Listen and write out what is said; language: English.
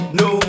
no